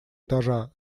этажа